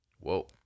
whoa